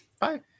bye